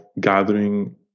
gathering